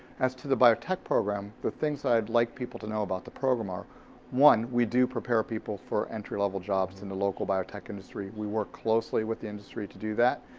as to the biotech program, the things that i'd like people to know about the program are one, we do prepare people for entry-level jobs in the local biotech industry. we work closely with the industry to do that.